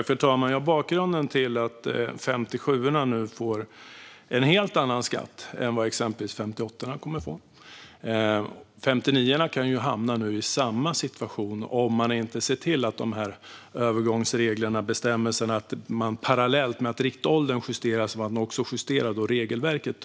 Fru talman! Bakgrunden är att 57:orna får betala en helt annan skatt än exempelvis 58:orna kommer att få göra. 59:orna kan hamna i samma situation, om man inte ser till att parallellt justera riktåldern, övergångsreglerna och regelverket. De kan också drabbas av att få betala högre skatt under första året.